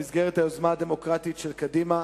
במסגרת היוזמה הדמוקרטית של קדימה,